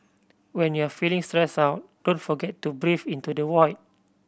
when you are feeling stressed out don't forget to breathe into the void